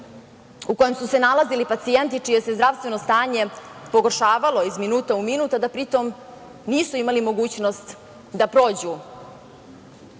u kojima su se nalazili pacijenti čije se zdravstveno stanje pogoršavalo iz minuta u minut, a da pri tom nisu imali mogućnost da prođu